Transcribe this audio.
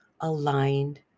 aligned